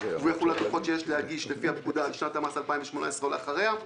והוא יחול על דוחות שיש להגיש לפי הפקודה לשנת המס 2018 או לאחריה;